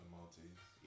Maltese